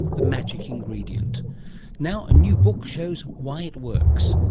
the magic ingredient now a new book shows why it works.